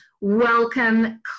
Welcome